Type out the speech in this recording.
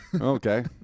okay